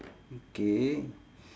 okay